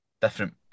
different